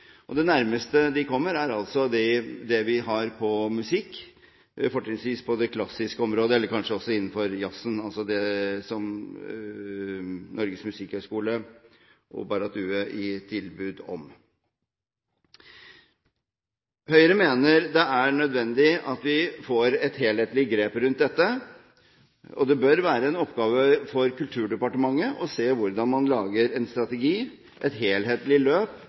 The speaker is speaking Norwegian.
Det nærmeste de kommer, er det vi har på musikk, fortrinnsvis på det klassiske området, eller kanskje også innenfor jazz – det som Norges musikkhøgskole og Barratt Due gir tilbud om. Høyre mener det er nødvendig at vi får et helhetlig grep om dette. Det bør være en oppgave for Kulturdepartementet å se hvordan man lager en strategi, et helhetlig løp